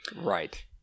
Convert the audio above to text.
right